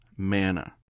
manna